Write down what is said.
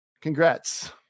congrats